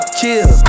chill